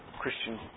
Christian